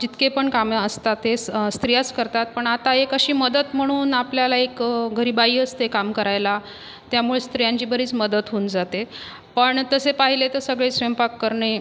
जितकेपण कामं असतात तेच स् स्त्रियाच करतात पण आता एक अशी मदत म्हणून आपल्याला एक घरी बाई असते काम करायला त्यामुळे स्त्रियांची बरीच मदत होऊन जाते पण तसे पाहिले तर सगळे स्वयंपाक करणे